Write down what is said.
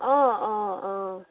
অঁ অঁ অঁ